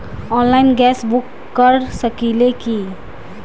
Online gas book कर सकिले की?